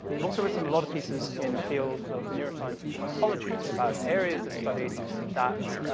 i've also written a lot of pieces in the fields of neuroscience and psychology, about areas of studies that,